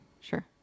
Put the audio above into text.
Sure